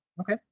Okay